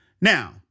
Now